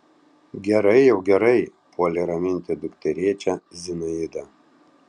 gerai jau gerai puolė raminti dukterėčią zinaida